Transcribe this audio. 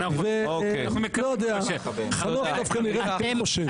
אנחנו לא חושבים שנהיה לתמיד.